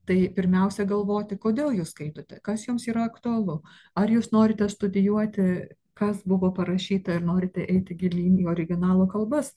tai pirmiausia galvoti kodėl jūs skaitote kas jums yra aktualu ar jūs norite studijuoti kas buvo parašyta ir norite eiti gilyn į originalo kalbas